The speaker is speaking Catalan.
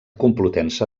complutense